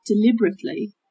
deliberately